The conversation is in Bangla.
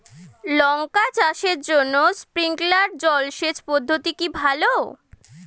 লঙ্কা চাষের জন্য স্প্রিংলার জল সেচ পদ্ধতি কি ভালো?